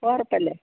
ഉറപ്പല്ലേ